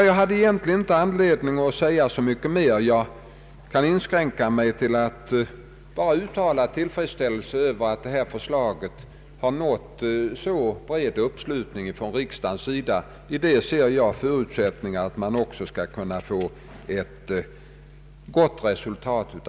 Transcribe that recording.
Jag har egentligen inte anledning att säga så mycket mer, Jag kan inskränka mig till att uttala min tillfredsställelse över att det förslag som här framlagts nått så bred anslutning från riksdagens sida. Häri ser jag förutsättningar för att verksamheten också skall kunna ge ett gott resultat.